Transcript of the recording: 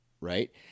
right